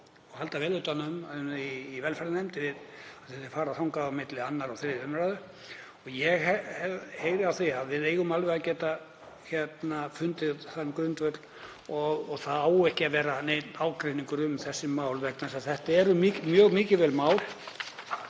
og halda vel utan um þau í velferðarnefnd. Þau fara þangað á milli 2. og 3. umr. Ég heyri að við eigum alveg að geta fundið þann grundvöll og það á ekki að vera neinn ágreiningur um þessi mál vegna þess að þetta eru mjög mikilvæg mál